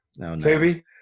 Toby